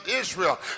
Israel